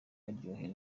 aryohera